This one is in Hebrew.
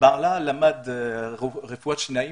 בעלה למד רפואת שיניים,